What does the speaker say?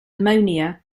ammonia